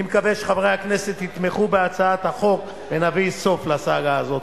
אני מקווה שחברי הכנסת יתמכו בהצעת החוק ונביא סוף לסאגה הזאת.